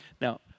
Now